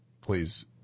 please